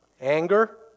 Anger